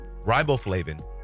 riboflavin